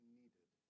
needed